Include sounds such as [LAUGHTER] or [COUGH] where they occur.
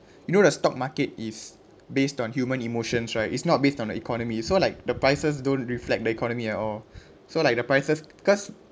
you know the stock market is based on human emotions right is not based on the economy so like the prices don't reflect the economy at all [BREATH] so like the prices cause